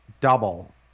double